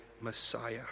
Messiah